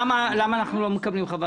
למה אנחנו לא מקבלים חוות